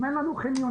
אם אין לנו חניונים,